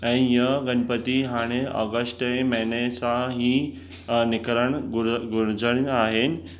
ऐं ईअं गणपति हाणे अगस्ट जे महीने सां ई निकिरण घुर्जन आहिनि